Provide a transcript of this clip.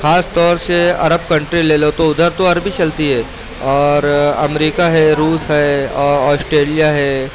خاص طور سے عرب کنٹری لے لو تو ادھر تو عربی چلتی ہے اور امریکہ ہے روس ہے اور آسٹریلیا ہے